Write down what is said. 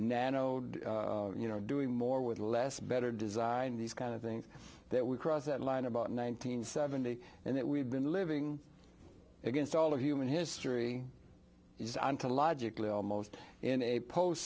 nano you know doing more with less better design these kind of things that we crossed that line about nine hundred seventy and that we've been living against all of human history is ontologically almost in a post